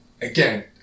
again